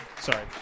Sorry